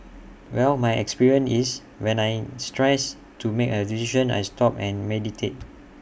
well my experience is when I stressed to make A decision I stop and meditate